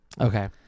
Okay